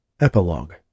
Epilogue